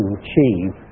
achieve